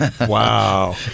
Wow